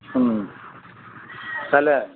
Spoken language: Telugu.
చలే